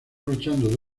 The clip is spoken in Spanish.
luchando